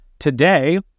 Today